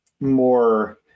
more